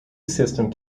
system